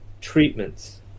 treatments